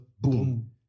boom